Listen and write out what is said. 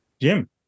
jim